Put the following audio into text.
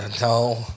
No